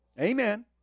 Amen